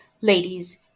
Ladies